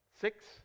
six